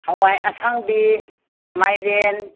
ꯍꯋꯥꯏ ꯑꯁꯥꯡꯕꯤ ꯃꯥꯏꯔꯦꯟ